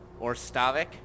Orstavik